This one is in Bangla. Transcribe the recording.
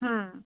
হুম